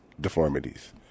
deformities